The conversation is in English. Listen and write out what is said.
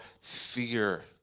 fear